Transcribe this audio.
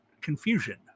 confusion